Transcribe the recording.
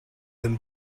them